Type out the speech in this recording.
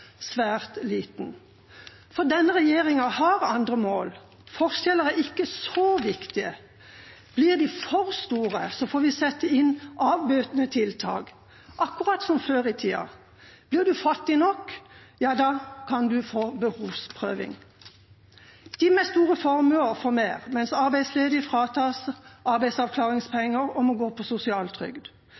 svært liten. For denne regjeringa har andre mål. Forskjeller er ikke så viktige. Blir de for store, får vi sette inn avbøtende tiltak, akkurat som før i tida. Blir en fattig nok, kan en få behovsprøving. De med store formuer får mer, mens arbeidsledige fratas arbeidsavklaringspenger og må gå på